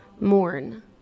mourn